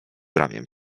ramię